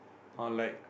or like